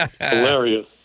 hilarious